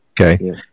Okay